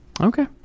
Okay